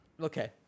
Okay